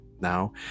now